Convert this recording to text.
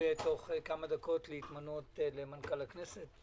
בתוך כמה דקות להתמנות למנכ"ל הכנסת,